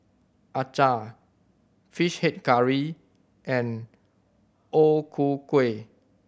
acar Fish Head Curry and O Ku Kueh